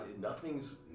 nothing's